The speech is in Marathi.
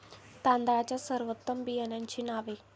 तांदळाच्या सर्वोत्तम बियाण्यांची नावे?